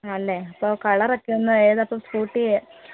ആണല്ലേ അപ്പോൾ കളറൊക്കെ ഒന്ന് ഏതാ അപ്പം സ്കൂട്ടി